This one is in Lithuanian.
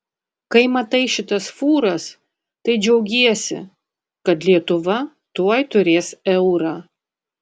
kai matai šitas fūras tai džiaugiesi kad lietuva tuoj turės eurą